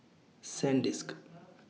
Sandisk